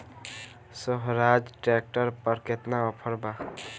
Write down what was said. सोहराज tractor पर केतना offer बा?